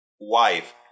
wife